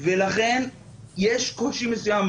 ולכן יש קושי מסוים.